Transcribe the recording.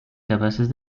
capaces